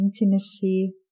intimacy